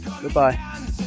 Goodbye